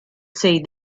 see